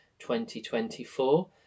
2024